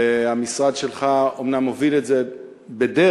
והמשרד שלך אומנם הוביל את זה בדרך,